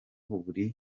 buri